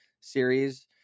series